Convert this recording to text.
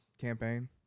Campaign